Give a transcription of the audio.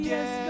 Yes